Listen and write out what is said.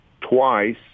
twice